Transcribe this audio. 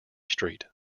street